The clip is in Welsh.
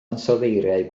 ansoddeiriau